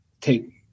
take